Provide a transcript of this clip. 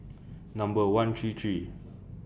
Number one three three